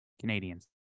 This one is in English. Canadians